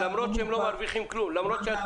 ושם אנחנו